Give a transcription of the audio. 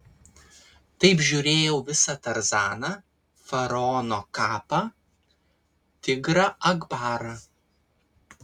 taip žiūrėjau visą tarzaną faraono kapą tigrą akbarą